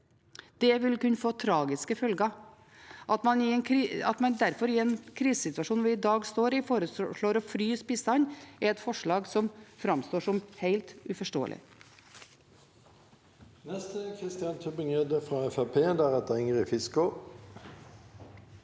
Det vil kunne få tragiske følger. At man derfor i den krisesituasjonen vi i dag står i, foreslår å fryse bistanden, framstår som helt uforståelig.